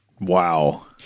Wow